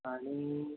आणि